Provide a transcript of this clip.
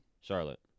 Charlotte